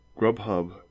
Grubhub